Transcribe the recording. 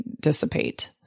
dissipate